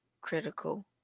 critical